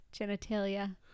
genitalia